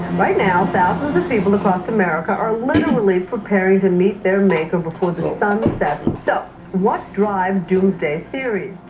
right now thousands of people across america are literally preparing to meet their maker before the sun sets. so what drives doomsday theories?